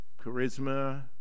charisma